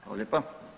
Hvala lijepa.